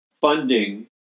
funding